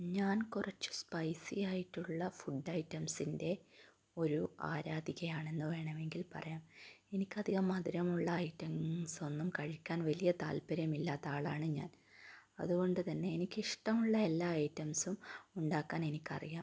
ഞാൻ കുറച്ച് സ്പൈസി ആയിട്ടുള്ള ഫുഡ് ഐറ്റംസിൻ്റെ ഒരു ആരാധിക ആണെന്ന് വേണമെങ്കിൽ പറയാം എനിക്ക് അധികം മധുരമുള്ള ഐറ്റംസ് ഒന്നും കഴിക്കാൻ വലിയ താൽപര്യം ഇല്ലാത്ത ആളാണ് ഞാൻ അതുകൊണ്ട് തന്നെ എനിക്കിഷ്ടമുള്ള എല്ലാ ഐറ്റംസും ഉണ്ടാക്കാൻ എനിക്കറിയാം